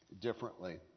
differently